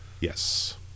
Yes